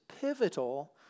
pivotal